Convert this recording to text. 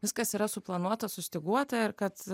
viskas yra suplanuota sustyguota ir kad